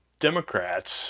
Democrats